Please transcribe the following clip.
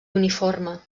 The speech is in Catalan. uniforme